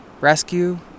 rescue